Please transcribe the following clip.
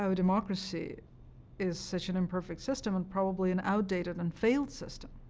um democracy is such an imperfect system, and probably an outdated and failed system.